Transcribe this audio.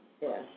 Yes